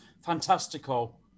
fantastical